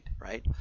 right